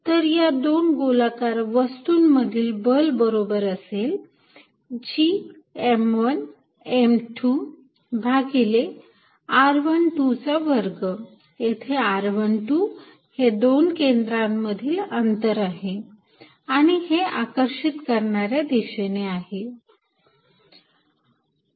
तर या दोन गोलाकार वस्तूं मधील बल बरोबर असेल G m१ m२ भागिले r१२ चा वर्ग येथे r१२ हे दोन केंद्रांमधील अंतर आहे आणि हे आकर्षित करणाऱ्या दिशेने आहे